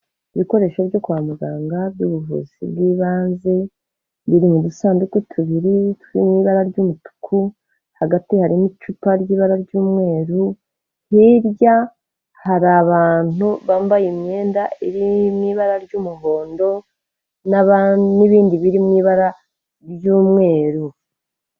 Ibikoresho byo kwa muganga by'ubuvuzi bw'ibanze, biri mu dusanduku tubiri turi mu ibara ry'umutuku, hagati harimo icupa ry'ibara ry'umweru, hirya hari abantu bambaye imyenda iri mu ibara ry'umuhondo, n'aba n'ibindi biri mu ibara ry'umweru.